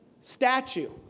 Statue